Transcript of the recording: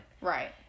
Right